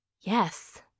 Yes